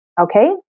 Okay